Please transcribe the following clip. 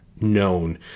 known